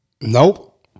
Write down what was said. Nope